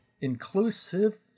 inclusive